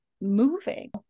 moving